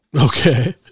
Okay